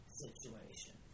situation